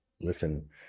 listen